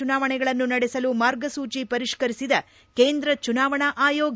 ಚುನಾವಣೆಗಳನ್ನು ನಡೆಸಲು ಮಾರ್ಗಸೂಚಿ ಪರಿಷ್ನ ರಿಸಿದ ಕೇಂದ್ರ ಚುನಾವಣಾ ಆಯೋಗ